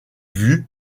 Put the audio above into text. vue